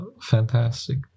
fantastic